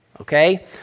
Okay